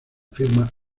firma